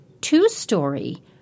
two-story